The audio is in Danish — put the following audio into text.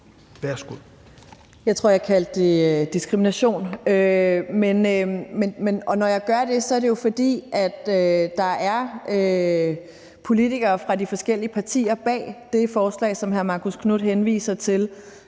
Jeg tror, jeg kaldte det diskrimination. Når jeg gør det, er det jo, fordi der er politikere fra de forskellige partier bag det forslag, som hr. Marcus Knuth henviser til,